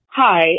Hi